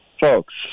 Folks